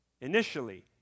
initially